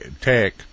tech